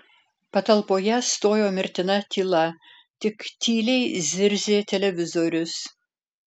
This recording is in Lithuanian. patalpoje stojo mirtina tyla tik tyliai zirzė televizorius